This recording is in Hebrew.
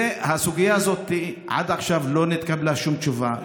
בסוגיה הזאת עד עכשיו לא התקבלה שום תשובה,